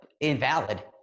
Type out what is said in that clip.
invalid